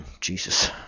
Jesus